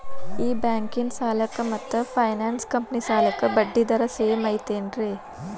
ಈ ಬ್ಯಾಂಕಿನ ಸಾಲಕ್ಕ ಮತ್ತ ಫೈನಾನ್ಸ್ ಕಂಪನಿ ಸಾಲಕ್ಕ ಬಡ್ಡಿ ದರ ಸೇಮ್ ಐತೇನ್ರೇ?